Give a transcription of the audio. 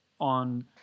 on